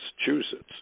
Massachusetts